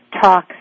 talk